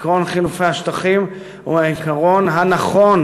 עקרון חילופי השטחים הוא העיקרון הנכון